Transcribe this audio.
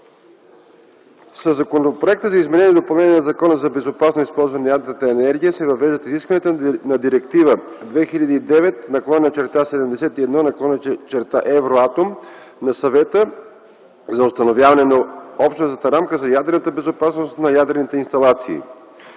Със Законопроекта за изменение и допълнение на Закона за безопасно използване на ядрената енергия се въвеждат изискванията на Директива 2009/71/ Евратом на Съвета за установяване на общностна рамка за ядрената безопасност на ядрените инсталации.